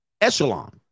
echelon